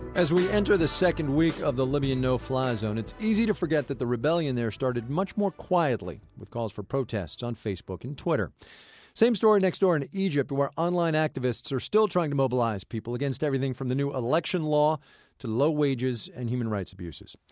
as we enter the second week of the libyan no-fly zone, it's easy to forget that the rebellion there started much more quietly, with calls for protest on facebook and twitter same story next door in egypt, where online activists are still trying to mobilize people against everything from the new election law to low wages and human rights abuses.